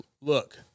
look